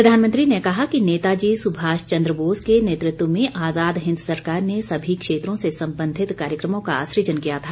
प्रधानमंत्री ने कहा कि नेताजी सुभाष चंद्र बोस के नेतृत्व में आज़ाद हिन्द सरकार ने सभी क्षेत्रों से संबंधित कार्यक्रमों का सुजन किया था